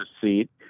seat